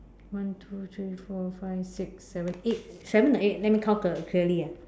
one two three four five six seven eight seven or eight let me count clearly ah